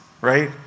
right